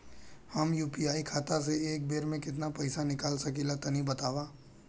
हम यू.पी.आई खाता से एक बेर म केतना पइसा निकाल सकिला तनि बतावा?